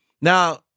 Now